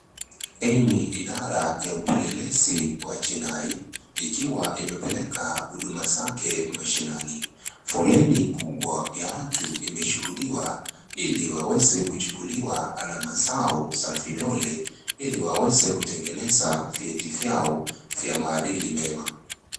Hii ni idara ya upelelezi wa jina ikiwa imepeleka huduma zake mashinani. Foleni kubwa ya watu imeshuhudiwa ili waweze kuchukuliwa alama zao za vidole ili waweze kutengeneza vyeti vyao vya maadili mema.